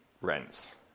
rents